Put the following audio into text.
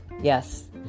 Yes